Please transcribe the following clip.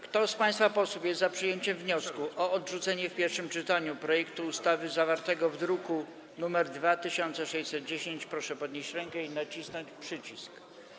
Kto z państwa posłów jest za przyjęciem wniosku o odrzucenie w pierwszym czytaniu projektu ustawy zawartego w druku nr 2610, proszę podnieść rękę i nacisnąć przycisk.